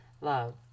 Love